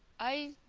i